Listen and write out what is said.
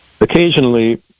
occasionally